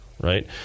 right